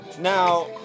Now